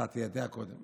אתה תיידע קודם?